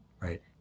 Right